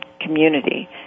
community